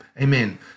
Amen